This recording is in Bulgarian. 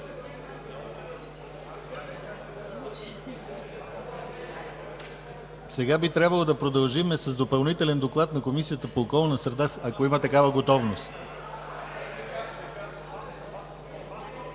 Сега би трябвало да продължим с Допълнителен доклад на Комисията по околна среда, ако има такава готовност.